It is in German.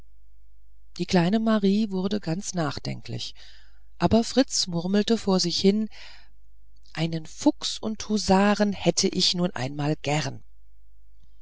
die kleine marie wurde ganz nachdenklich aber fritz murmelte vor sich hin einen fuchs und husaren hätt ich nun einmal gern